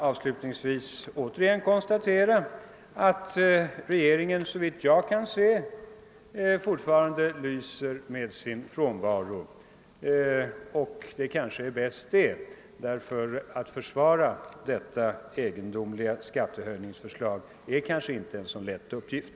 Avslutningsvis vill jag återigen konstatera att regeringen fortfarande lyser med sin frånvaro, och kanske är det bäst. Att försvara detta egendomliga <skattehöjningsförslag är nämligen inte någon lätt uppgift.